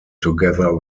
together